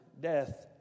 death